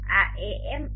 આ AM1